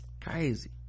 crazy